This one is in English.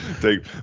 take